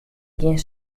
gjin